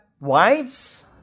wives